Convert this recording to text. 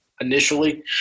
initially